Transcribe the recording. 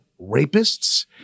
rapists